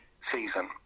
season